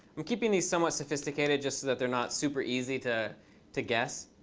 i'm keeping these somewhat sophisticated just so that they're not super easy to to guess.